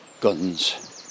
guns